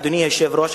אדוני היושב-ראש,